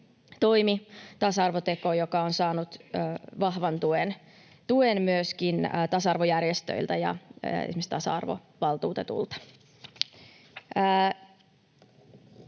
tasa-arvoteko, joka on saanut vahvan tuen myöskin tasa-arvojärjestöiltä ja esimerkiksi tasa-arvovaltuutetulta.